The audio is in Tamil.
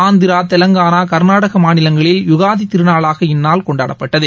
ஆந்திரா தெலங்கானா கர்நாடகமாநிலங்களில் யுகாதிதிருநாளாகஇந்நாள் கொண்டாடப்பட்டது